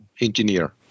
engineer